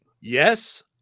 Yes